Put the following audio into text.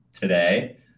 today